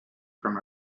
from